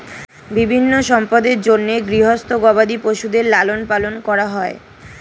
বিভিন্ন সম্পদের জন্যে গৃহস্থ গবাদি পশুদের লালন পালন করা হয়